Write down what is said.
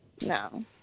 No